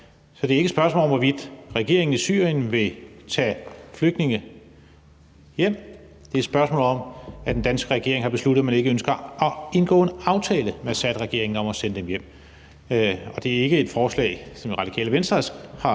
For det er ikke et spørgsmål om, hvorvidt regeringen i Syrien vil tage flygtninge hjem, det er et spørgsmål om, at den danske regering har besluttet, at man ikke ønsker at indgå en aftale med Assadregeringen om at sende dem hjem. Det her er ikke et forslag, Radikale Venstre har